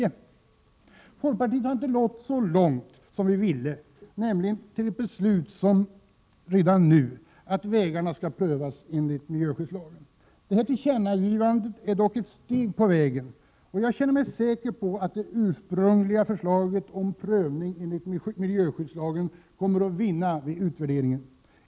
Vi i folkpartiet har inte nått så långt som vi ville, nämligen till ett beslut redan nu att vägarna skall prövas enligt miljöskyddslagen. Tillkännagivandet är dock ett steg på vägen, och jag känner mig säker på att det ursprungliga förslaget om prövning enligt miljöskyddslagen kommer att vinna vid den utvärderingen.